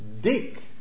Dick